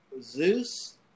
Zeus